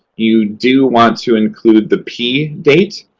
you do want to include the p date.